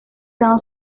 dans